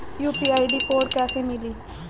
UPI code कैसे मिली?